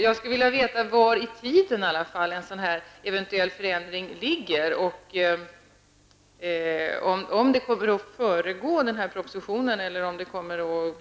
Jag skulle ändå vilja veta var i tiden en sådan här eventuell förändring ligger, om den kommer att föregå propositionen eller om den kommer senare.